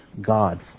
God